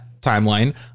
timeline